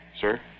Sir